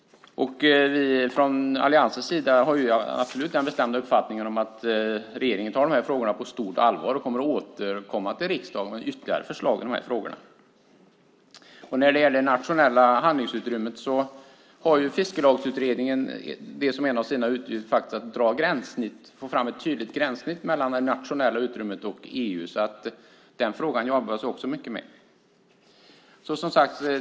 Från alliansens sida har vi den bestämda uppfattningen att regeringen tar dessa frågor på stort allvar och kommer att återkomma till riksdagen med ytterligare förslag i dem. När det gäller det nationella handlingsutrymmet har Fiskelagsutredningen som en av sina uppgifter att ta fram ett tydligt gränssnitt mellan det nationella utrymmet och EU. Också den frågan jobbas det alltså med.